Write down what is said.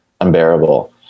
unbearable